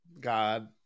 God